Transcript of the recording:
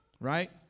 right